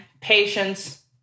patience